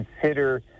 consider